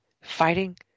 fighting